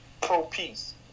pro-peace